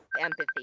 empathy